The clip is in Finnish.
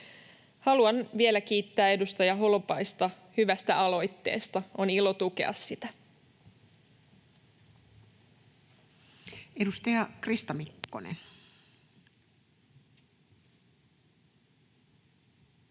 Haluan vielä kiittää edustaja Holopaista hyvästä aloitteesta. On ilo tukea sitä.